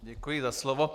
Děkuji za slovo.